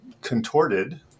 contorted